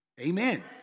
Amen